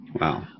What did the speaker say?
Wow